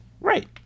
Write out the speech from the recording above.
right